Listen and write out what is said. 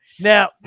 Now